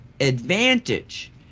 advantage